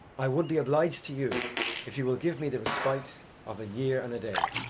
i would be obliged to you if you will give me the respite of a year and a day.